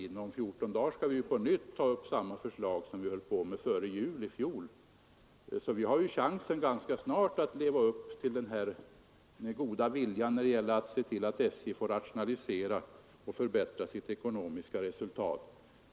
Det finns alltså ganska snart chanser att leva upp till den goda viljan när det gäller att se till att SJ får rationalisera och förbättra sitt ekonomiska resultat.